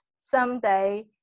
someday